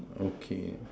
okay